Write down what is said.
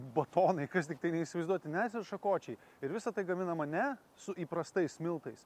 batonai kas tik tai neįsivaizduoti nes ir šakočiai ir visa tai gaminama ne su įprastais miltais